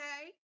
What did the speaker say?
Okay